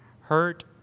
Hurt